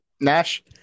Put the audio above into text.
Nash